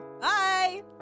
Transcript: bye